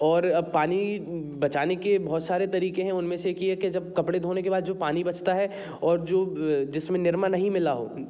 और अब पानी बचाने के बहुत सारे तरीक़े हैं उन में से कि एक जब कपड़े धोने के बाद जो पानी बचता है और जो जिस में निरमा नहीं मिला हो